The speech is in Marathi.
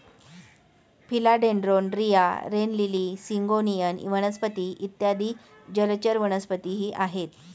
फिला डेन्ड्रोन, रिया, रेन लिली, सिंगोनियम वनस्पती इत्यादी जलचर वनस्पतीही आहेत